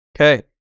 Okay